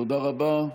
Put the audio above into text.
תודה רבה.